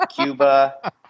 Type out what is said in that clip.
cuba